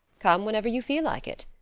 come whenever you feel like it.